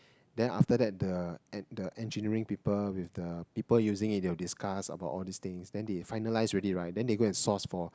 then after that the en~ the engineering people with the people using it they'll discuss about all these things then they finalise already right then they go source for